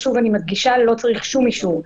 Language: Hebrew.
אז שוב אני מדגישה: לא צריך שום אישור.